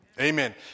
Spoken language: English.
Amen